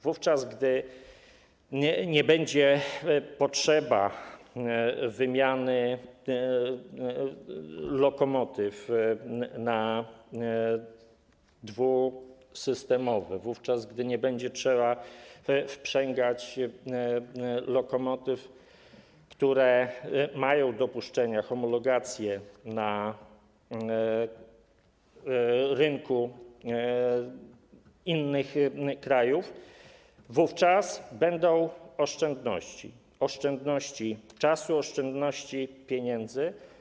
Wówczas gdy nie będzie potrzeby wymiany lokomotyw na dwusystemowe, gdy nie będzie trzeba wprzęgać lokomotyw, które mają dopuszczenia, homologację na rynku innych krajów, wówczas będą oszczędności: oszczędność czasu, oszczędność pieniędzy.